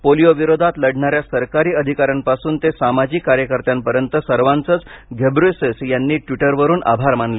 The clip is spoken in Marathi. पोलिओविरोधात लढणाऱ्या सरकारी अधिकाऱ्यांपासून ते सामाजिक कार्यकर्त्यांपर्यंत सर्वांचेच घेव्रेयेसुस यांनी ट्विटवरून आभार मानले